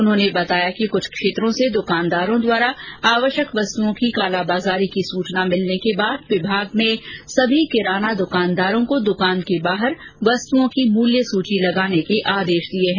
उन्होंने बताया कि कुछ क्षेत्रों से दुकानदारों द्वारा आवश्यक वस्तुओं की कालाबाजारी की सूचना मिलने के बाद विभाग ने सभी किराना दुकानदारों को दुकान के बाहर वस्तुओं की मूल्य सूची लगाने के आदेश दिए है